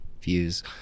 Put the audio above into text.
Views